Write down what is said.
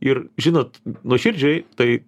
ir žinot nuoširdžiai tai